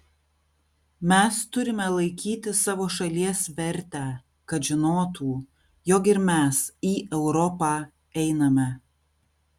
mes turime laikyti savo šalies vertę kad žinotų jog ir mes į europą einame